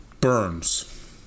burns